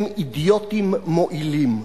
הם אידיוטים מועילים.